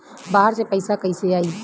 बाहर से पैसा कैसे आई?